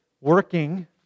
working